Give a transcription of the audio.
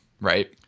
right